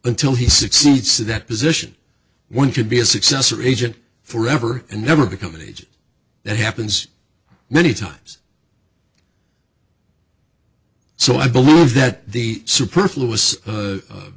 until he succeeds to that position one could be a successor agent forever and never become an agent that happens many times so i believe that the superflui